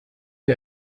sie